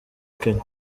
kenya